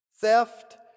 Theft